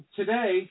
today